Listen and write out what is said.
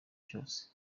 cyose